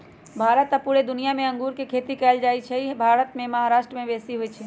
भारत आऽ पुरे दुनियाँ मे अङगुर के खेती कएल जाइ छइ भारत मे महाराष्ट्र में बेशी होई छै